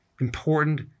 important